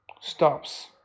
stops